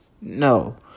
No